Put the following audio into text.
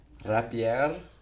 Rapier